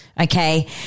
Okay